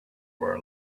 for